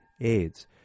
AIDS